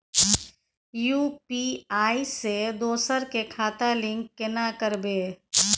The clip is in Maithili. यु.पी.आई से दोसर के खाता लिंक केना करबे?